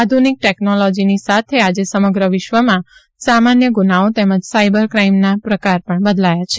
આધ્રનિક ટેકનોલોજીની સાથે આજે સમગ્ર વિશ્વમાં સામાન્ય ગુનાઓ તેમજ સાઇબર ક્રાઇમના પ્રકાર પણ બદલાયા છે